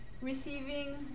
receiving